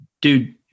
Dude